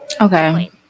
Okay